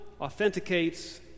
authenticates